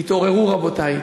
תתעוררו, רבותי.